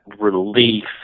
relief